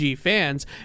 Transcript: fans